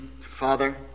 Father